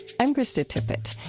i'm krista tippett.